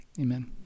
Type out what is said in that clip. Amen